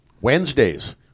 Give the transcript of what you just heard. Wednesdays